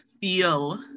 feel